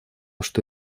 что